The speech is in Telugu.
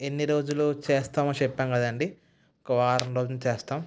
ఎన్ని రోజులు చేస్తామో చెప్పాం కదండీ ఒక వారం రోజులు చేస్తాం